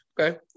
Okay